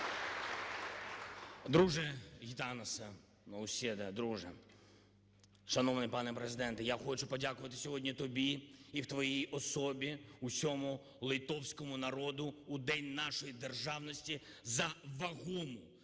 друже! Шановний пане Президент, я хочу подякувати сьогодні тобі і в твоїй особі усьому литовському народу у День нашої державності за вагому